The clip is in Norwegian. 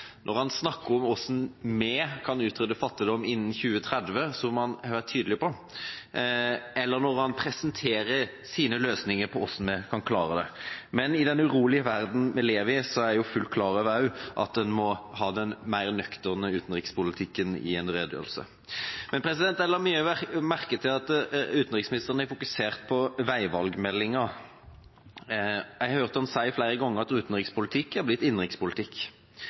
når han snakker om hvordan vi kan utrydde fattigdom innen 2030, som han har vært tydelig på, eller når han presenterer sine løsninger på hvordan vi kan klare det. Men i den urolige verdenen vi lever i, er jeg også fullt klar over at en må ha den mer nøkterne utenrikspolitikken i en redegjørelse. Men jeg la godt merke til at utenriksministeren er fokusert på veivalgmeldinga. Jeg hørte ham flere ganger si at utenrikspolitikk er blitt innenrikspolitikk.